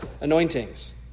anointings